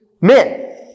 men